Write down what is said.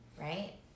right